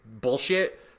bullshit